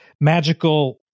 magical